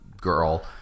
girl